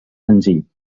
senzill